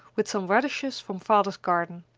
with some radishes from father's garden.